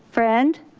friend?